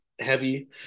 heavy